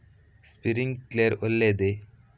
Sprinkler ಒಳ್ಳೇದೇ?